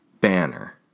Banner